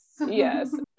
Yes